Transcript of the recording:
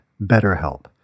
BetterHelp